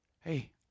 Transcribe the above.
Hey